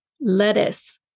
Lettuce